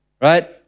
Right